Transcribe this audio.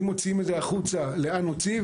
אם מוציאים את זה החוצה לאן נוציא,